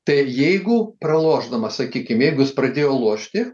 tai jeigu pralošdamas sakykim jeigu jis pradėjo lošti